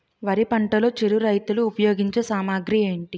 వరి పంటలో చిరు రైతులు ఉపయోగించే సామాగ్రి ఏంటి?